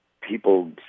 people